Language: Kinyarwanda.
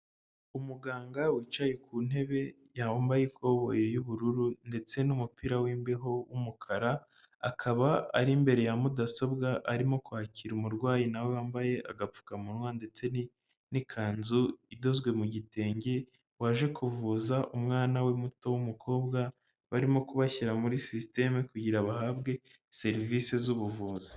Umuganga wicaye ku ntebe, yambaye ikoboyi y'ubururu ndetse n'umupira w'imbeho w'umukara, akaba ari imbere ya mudasobwa, arimo kwakira umurwayi na we wambaye agapfukamunwa ndetse n'ikanzu idozwe mu gitenge, waje kuvuza umwana we muto w'umukobwa, barimo kubashyira muri sisitemu kugira bahabwe serivise z'ubuvuzi.